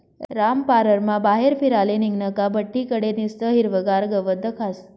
रामपाररमा बाहेर फिराले निंघनं का बठ्ठी कडे निस्तं हिरवंगार गवत दखास